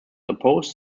opposed